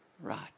Right